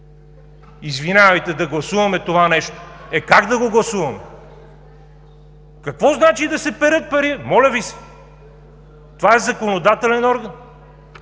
Извинявайте, да гласуваме това нещо! Е, как да го гласуваме?! Какво значи да се перат пари?! Моля Ви се, това е законодателен орган!